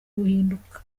guhinduka